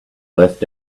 left